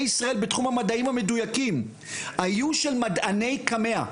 ישראל בתחום המדעים המדוייקים היו של מדעני קמ"ע.